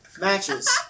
Matches